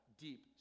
deep